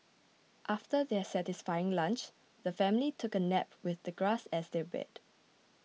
after their satisfying lunch the family took a nap with the grass as their bed